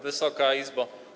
Wysoka Izbo!